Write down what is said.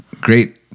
great